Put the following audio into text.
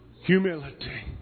humility